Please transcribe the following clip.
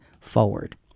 forward